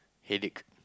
headache